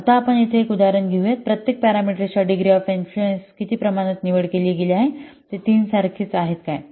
आता आपण येथे एक उदाहरण घेऊया प्रत्येक पॅरामिटरच्या डिग्री ऑफ इन्फ्लुएन्स किती प्रमाणात निवड केली आहे ते 3 सारखे आहेत काय